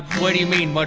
what do you mean but